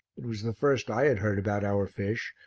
it was the first i had heard about our fish,